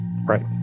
right